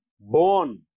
born